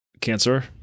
cancer